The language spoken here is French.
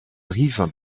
rive